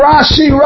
Rashi